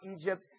Egypt